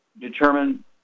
determine